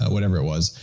ah whatever it was.